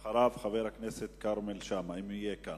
אחריו, חבר הכנסת כרמל שאמה, אם יהיה כאן.